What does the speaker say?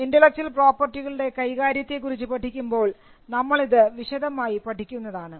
intellectual പ്രോപർട്ടികളുടെ കൈ കാര്യത്തെക്കുറിച്ച് പഠിക്കുമ്പോൾ നമ്മൾ ഇത് വിശദമായി പഠിക്കുന്നതാണ്